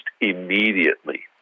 immediately